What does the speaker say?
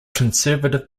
conservative